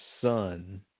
son